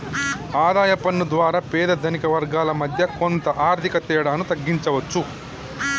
ఆదాయ పన్ను ద్వారా పేద ధనిక వర్గాల మధ్య కొంత ఆర్థిక తేడాను తగ్గించవచ్చు